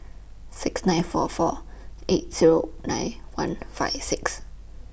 six nine four four eight Zero nine one five six